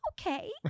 okay